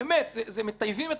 מטייבים את העבודה.